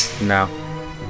No